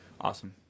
Awesome